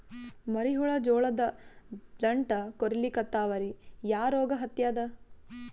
ಮರಿ ಹುಳ ಜೋಳದ ದಂಟ ಕೊರಿಲಿಕತ್ತಾವ ರೀ ಯಾ ರೋಗ ಹತ್ಯಾದ?